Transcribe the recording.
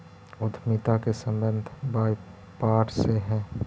उद्यमिता के संबंध व्यापार से हई